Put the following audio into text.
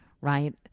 right